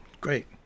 great